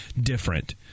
different